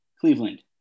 Cleveland